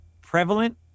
prevalent